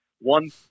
one